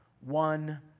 one